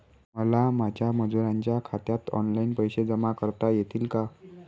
मला माझ्या मजुरांच्या खात्यात ऑनलाइन पैसे जमा करता येतील का?